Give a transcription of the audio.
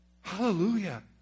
Hallelujah